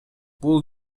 бул